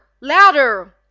LOUDER